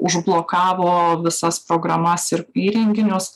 užblokavo visas programas ir įrenginius